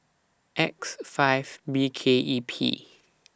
X five B K E P